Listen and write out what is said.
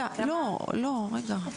לא, לא רגע.